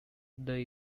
the